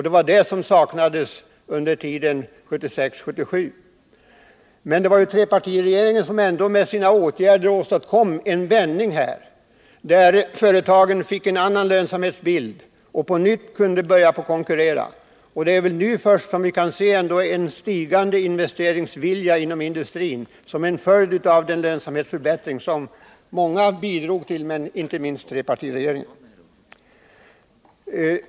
Det var sådana som saknades under tiden 1976-1977. Men det var ändå trepartiregeringen som åstadkom en vändning i den här utvecklingen, och därigenom fick företagen en annan lönsamhetsbild så att de kunde börja konkurrera på nytt. Det är först nu som vi inom industrin kan se en stigande investeringsvilja, och det är en följd av en lönsamhetsförbättring som många bidragit till, inte minst trepartiregeringen.